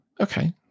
Okay